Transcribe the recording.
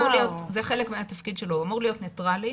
זה חלק מהתפקיד שלו, הוא אמור להיות נטרלי,